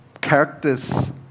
characters